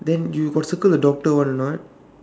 then you got circle the doctor one or not